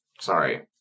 sorry